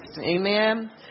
amen